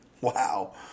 wow